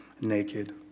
naked